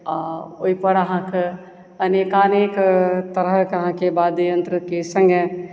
आओर ओहिपर अहाँके अनेकानेक तरहके अहाँके वाद्ययन्त्रके सङ्गे